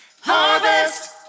harvest